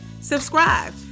subscribe